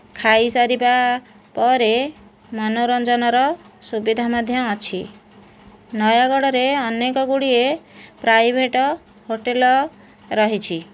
ଖାଇସାରିବା ପରେ ମନୋରଞ୍ଜନର ସୁବିଧା ମଧ୍ୟ ଅଛି ନୟାଗଡ଼ରେ ଅନେକ ଗୁଡ଼ିଏ ପ୍ରାଇଭେଟ୍ ହୋଟେଲ୍ ରହିଛି